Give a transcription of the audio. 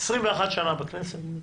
אני 21 שנה בכנסת.